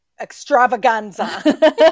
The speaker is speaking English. Extravaganza